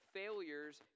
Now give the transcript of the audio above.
failures